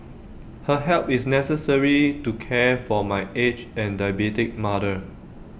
her help is necessary to care for my aged and diabetic mother